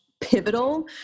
pivotal